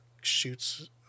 shoots